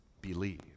believe